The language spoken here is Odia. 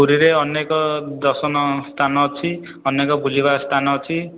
ପୁରୀରେ ଅନେକ ଦର୍ଶନ ସ୍ଥାନ ଅଛି ଅନେକ ବୁଲିବା ସ୍ଥାନ ଅଛି